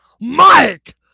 Mike